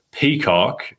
peacock